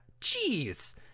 Jeez